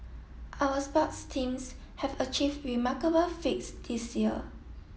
our sports teams have achieved remarkable feats this year